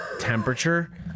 temperature